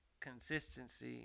consistency